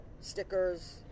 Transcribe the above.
stickers